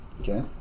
Okay